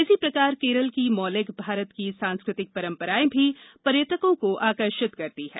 इसी प्रकार केरल की मौलिक भारत की सांस्कृतिक परम्पराएं भी पर्यटकों को आकर्षित करती हैं